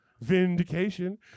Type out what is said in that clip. Vindication